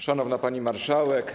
Szanowna Pani Marszałek!